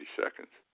seconds